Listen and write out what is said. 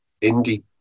indie